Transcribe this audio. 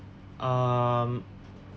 um